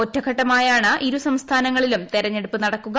ഒറ്റഘട്ടമായാണ് ഇരു സംസ്ഥാനങ്ങളിലും തെരഞ്ഞെടുപ്പ് നടക്കുക